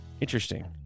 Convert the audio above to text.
Interesting